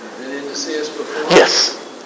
Yes